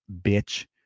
bitch